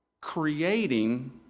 creating